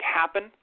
happen